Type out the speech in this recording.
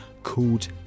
called